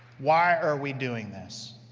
why are we doing this?